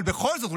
אבל בכל זאת,